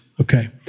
Okay